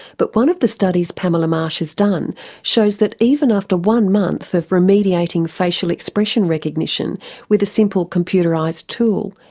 but one of the studies pamela marsh has done shows that even after one month of remediating facial expression recognition with a simple computerised tool,